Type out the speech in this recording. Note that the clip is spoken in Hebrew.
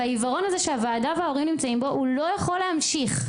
והעיוורון הזה שהוועדה וההורים נמצאים בו לא יכול להמשיך.